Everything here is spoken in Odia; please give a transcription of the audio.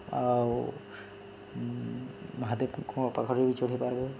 ଆଉ ମହାଦେବଙ୍କ ପାାଖରେ ବି ଚଢ଼େଇ ପାର୍ବେ